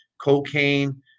cocaine